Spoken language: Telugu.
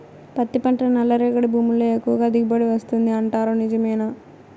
పత్తి పంట నల్లరేగడి భూముల్లో ఎక్కువగా దిగుబడి వస్తుంది అంటారు నిజమేనా